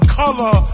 color